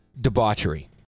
debauchery